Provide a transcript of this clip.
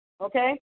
okay